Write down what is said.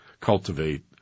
cultivate